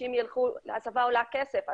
הסבה עולה כסף,